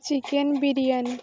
chicken biryani